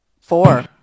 Four